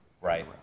Right